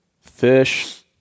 fish